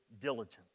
diligence